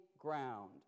ground